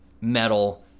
metal